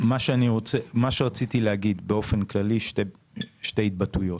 מה שרציתי להגיד באופן כללי: דבר אחד,